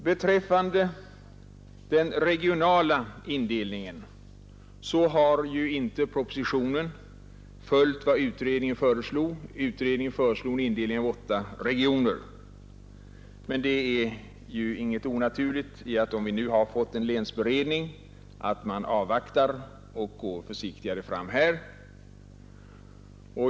Beträffande den regionala indelningen har propositionen inte följt utredningens förslag — utredningen föreslog indelning i åtta regioner. Det är emellertid inte onaturligt, när vi nu har fått en länsberedning, att avvakta och gå försiktigt fram här.